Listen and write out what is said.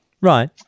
Right